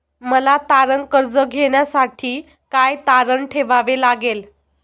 मला तारण कर्ज घेण्यासाठी काय तारण ठेवावे लागेल?